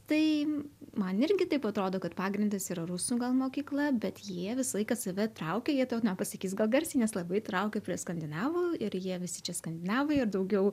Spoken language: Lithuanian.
tai man irgi taip atrodo kad pagrindas yra rusų gal mokykla bet jie visą laiką save traukia jie tau nepasakys gal garsiai nes labai traukia prie skandinavų ir jie visi čia skandinavai ir daugiau